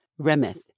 Remeth